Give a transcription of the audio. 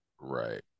Right